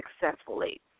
successfully